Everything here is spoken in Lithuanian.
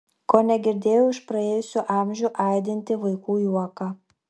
kone girdėjau iš praėjusių amžių aidintį vaikų juoką